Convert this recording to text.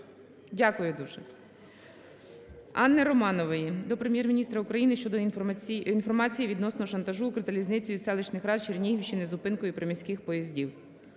Дякую дуже. Анни Романової до Прем'єр-міністра України щодо інформації відносно шантажу "Укрзалізницею" селищних рад Чернігівщини зупинкою приміських поїздів.